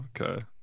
Okay